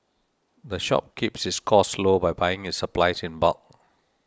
the shop keeps its costs low by buying its supplies in bulk